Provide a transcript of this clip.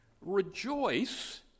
Rejoice